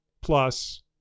plus